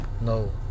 No